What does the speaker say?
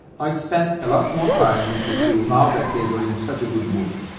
i spent a lot more time with the crew now that they were in such a good mood.